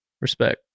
Respect